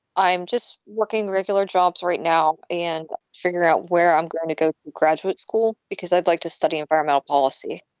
i'm just working regular jobs right now and figure out where i'm going to go graduate school because i'd like to study environmental policy